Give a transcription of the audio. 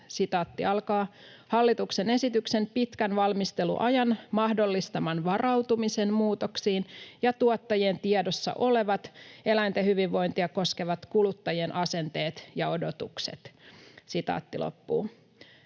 perusteena ”hallituksen esityksen pitkän valmisteluajan mahdollistama varautuminen muutoksiin ja tuottajien tiedossa olevat, eläinten hyvinvointia koskevat kuluttajien asenteet ja odotukset”. No sitten on